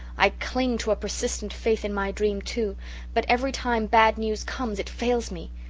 i cling to a persistent faith in my dream, too but every time bad news comes it fails me.